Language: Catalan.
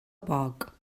poc